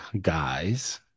guys